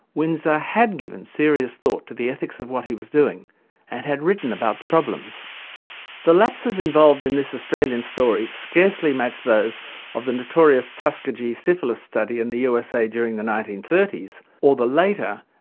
windsor had given serious thought to the ethics of what he was doing and had written about the problems. although the lapses involved in this australian story scarcely match those of the notorious tuskegee syphilis study in the usa during the nineteen thirty s or the later,